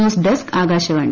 news desk Akashvani